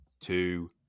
two